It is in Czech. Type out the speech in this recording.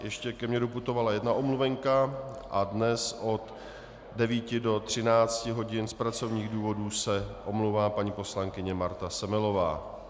Ještě ke mně doputovala jedna omluvenka, dnes od 9 do 13 hodin z pracovních důvodů se omlouvá paní poslankyně Marta Semelová.